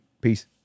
peace